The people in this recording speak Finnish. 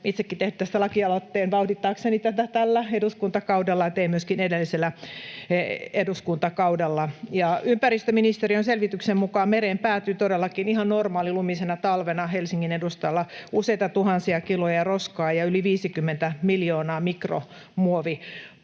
itsekin tehnyt tästä lakialoitteen vauhdittaakseni tätä tällä eduskuntakaudella ja tein myöskin edellisellä eduskuntakaudella. Ympäristöministeriön selvityksen mukaan mereen päätyy todellakin ihan normaalilumisena talvena Helsingin edustalla useita tuhansia kiloja roskaa, yli 50 miljoonaa mikromuovipartikkelia